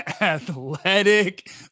athletic